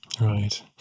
Right